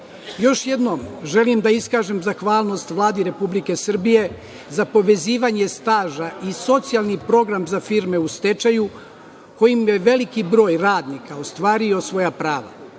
jednom želim da iskažem zahvalnost Vladi Republike Srbije za povezivanje staža i socijalni program za firme u stečaju kojim je veliki broj radnika ostvario svoja prava.